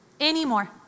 Anymore